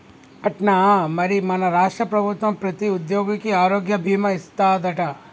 అట్నా మరి మన రాష్ట్ర ప్రభుత్వం ప్రతి ఉద్యోగికి ఆరోగ్య భీమా ఇస్తాదట